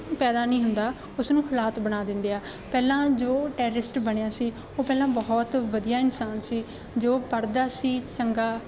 ਪੈਦਾ ਨਹੀਂ ਹੁੰਦਾ ਉਸ ਨੂੰ ਹਾਲਾਤ ਬਣਾ ਦਿੰਦੇ ਆ ਪਹਿਲਾਂ ਜੋ ਟੈਰਰਿਸਟ ਬਣਿਆ ਸੀ ਉਹ ਪਹਿਲਾਂ ਬਹੁਤ ਵਧੀਆ ਇਨਸਾਨ ਸੀ ਜੋ ਪੜ੍ਹਦਾ ਸੀ ਚੰਗਾ